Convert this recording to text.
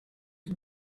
het